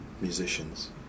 musicians